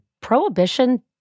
prohibition